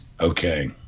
Okay